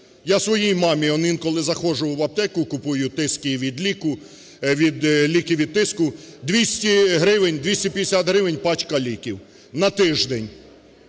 Я своїй мамі он інколи заходжу в аптеку купую ліки від тиску, 200 гривень, 250 гривень пачка ліків на тиждень.